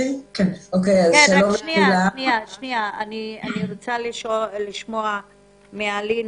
--- אני רוצה לשמוע מאלין,